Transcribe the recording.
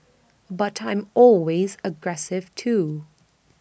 but I'm always aggressive too